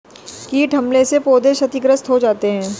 कीट हमले से पौधे क्षतिग्रस्त हो जाते है